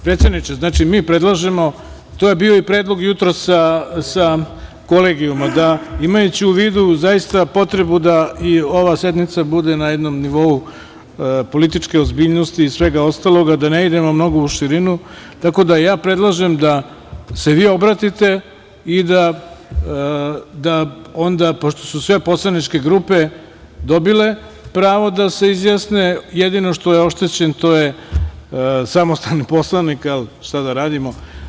Predsedniče, mi predlažemo, to je bio i jutros predlog sa kolegijuma, da imajući u vidu zaista potrebu da i ova sednica bude na jednom nivou političke ozbiljnosti i svega ostalog, a da ne idemo mnogo u širinu, tako da ja predlažem da se vi obratite i da onda, pošto su sve poslaničke grupe dobile pravo da se izjasne, jedino što je oštećen to je samostalni poslanik, ali šta da radimo.